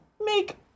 make